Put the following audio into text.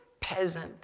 Peasant